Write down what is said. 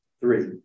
Three